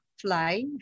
fly